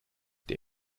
der